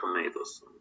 tomatoes